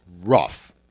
rough